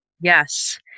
Yes